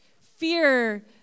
Fear